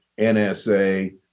NSA